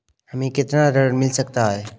हमें कितना ऋण मिल सकता है?